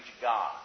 God